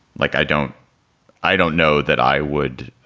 like, i don't i don't know that i would